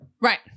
right